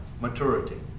Maturity